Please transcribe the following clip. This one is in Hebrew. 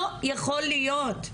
לא יכול להיות.